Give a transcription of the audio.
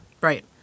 Right